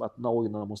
atnaujina mus